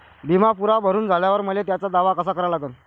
बिमा पुरा भरून झाल्यावर मले त्याचा दावा कसा करा लागन?